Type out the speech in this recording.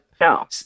No